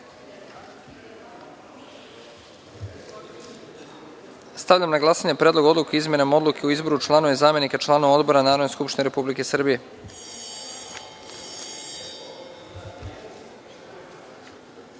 odluke. Stavljam na glasanje Predlog odluke o izmenama Odluke o izboru članova i zamenika članova odbora Narodne skupštine Republike Srbije. Molim